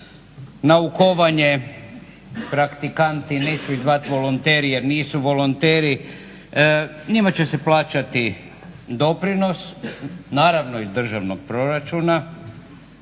naukovanje, praktikanti, neću ih zvati volonteri jer nisu volonteri njima će se plaćati doprinos, naravno iz državnog proračuna